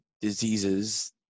diseases